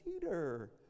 Peter